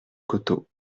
coteau